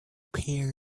pear